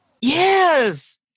Yes